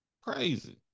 Crazy